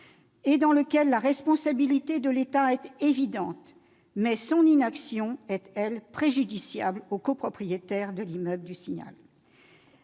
-, dans lequel la responsabilité de l'État est évidente et son inaction préjudiciable aux copropriétaires de l'immeuble du Signal.